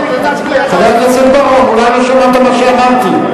חבר הכנסת בר-און, אולי לא שמעת מה שאמרתי.